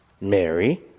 Mary